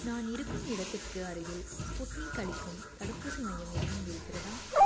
நான் இருக்கும் இடத்திற்கு அருகில் ஸ்புட்னிக் அளிக்கும் தடுப்பூசி மையம் எதுவும் இருக்கிறதா